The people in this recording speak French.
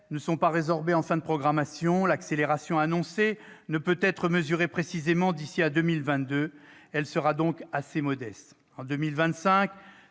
ne seront pas résorbées en fin de programmation. L'« accélération » annoncée ne peut être mesurée précisément d'ici à 2022. Elle sera donc assez modeste. En 2025,